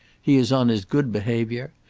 he is on his good behaviour,